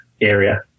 area